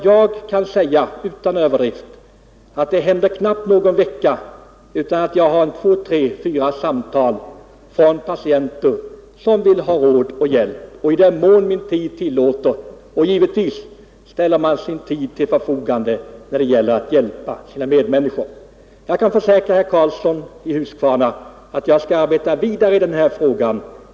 Jag kan säga utan överdrift att det knappast går någon vecka utan att jag har två, tre eller fyra samtal från patienter som vill ha råd och hjälp i den mån min tid tillåter, och givetvis ställer man sin tid till förfogande när det gäller att hjälpa sina medmänniskor. Jag kan försäkra herr Karlsson att jag skall arbeta vidare i den här frågan.